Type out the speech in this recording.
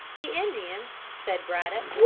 the indians, said braddock,